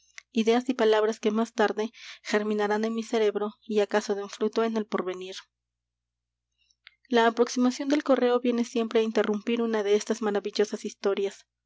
ideas y palabras que más tarde germinarán en mi cerebro y acaso den fruto en el porvenir la aproximación del correo viene siempre á interrumpir una de estas maravillosas historias